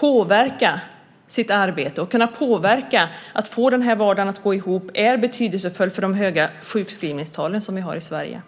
påverka sitt arbete så att man får vardagen att gå ihop är av betydelse för de höga sjukskrivningstal som vi har i Sverige.